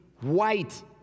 white